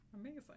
Amazing